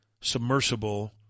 submersible